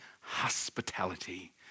Hospitality